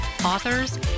Authors